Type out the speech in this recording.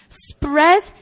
spread